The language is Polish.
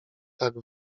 tak